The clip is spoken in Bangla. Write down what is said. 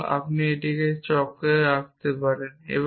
এবং আমরা এটিকে একটি চক্রে রাখতে পারি